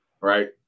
right